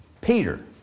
Peter